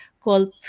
called